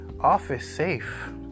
office-safe